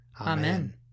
Amen